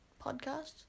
podcast